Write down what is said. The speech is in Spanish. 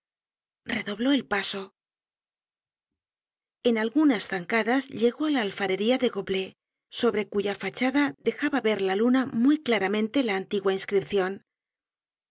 redobló el paso en algunas zancadas llegó á la alfarería de goblet sobre cuya fachada dejaba ver la luna muy claramente la antigua inscripcion